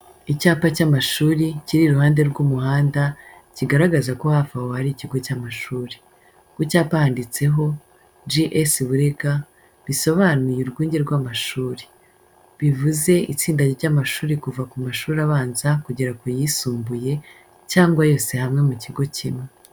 Icyapa kiri iruhande rw'umuhanda kigaragaza ko hafi aho hari ikigo cy'amashuri. Ku cyapa handitseho ngo "G.S Burega," bisobanuye urwunjye rw'amashuri. Bivuze itsinda ry’amashuri kuva ku mashuri abanza kugeza ku yisumbuye cyangwa yose hamwe mu kigo kimwe.